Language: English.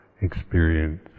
experience